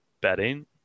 betting